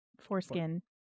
foreskin